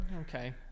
Okay